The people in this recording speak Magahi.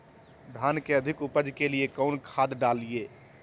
धान के अधिक उपज के लिए कौन खाद डालिय?